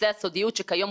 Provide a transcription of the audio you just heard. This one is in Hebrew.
איילת נחמיאס ורבין,